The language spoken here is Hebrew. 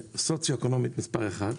סוציואקונומית מספר 1,